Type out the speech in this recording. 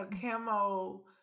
camo